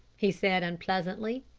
he said unpleasantly.